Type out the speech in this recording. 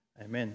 Amen